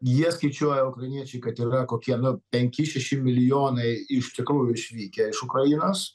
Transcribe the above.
jie skaičiuoja ukrainiečiai kad yra kokie nu penki šeši milijonai iš tikrųjų išvykę iš ukrainos